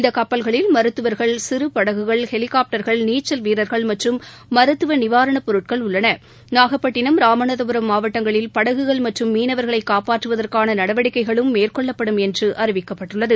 இந்த கப்பல்களில் மருத்துவர்கள் சிறு படகுகள் ஹெலிகாப்டர்கள் நீச்சல் வீரர்கள் மற்றும் மருத்துவ நிவாரணப் பொருட்கள் உள்ளன நாகப்பட்டினம் ராமநாதபுரம் மாவட்டங்களில் படகுகள் மற்றும் மீனவர்களை காப்பாற்றுவதற்கான நடவடிக்கைகளும் மேற்கொள்ளப்படும் என்று அறிவிக்கப்பட்டுள்ளது